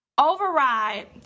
Override